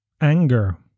anger